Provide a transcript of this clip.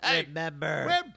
remember